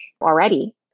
already